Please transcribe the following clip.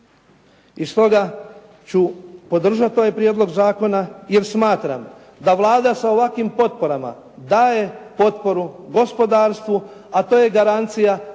I stoga ću podržati ovaj prijedlog zakona, jer smatram da Vlada sa ovakvim potporama daje potporu gospodarstvu, a to je garancija